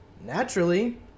Naturally